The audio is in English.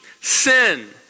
sin